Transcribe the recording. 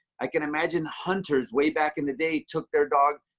i can imagine hunter's way back in the day took their dog.